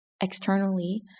externally